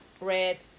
red